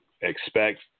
expect